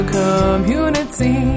community